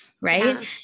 right